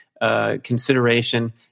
consideration